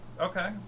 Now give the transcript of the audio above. Okay